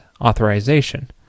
authorization